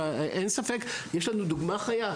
אין ספק שיש לנו דוגמה חיה,